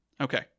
okay